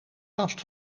last